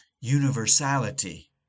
universality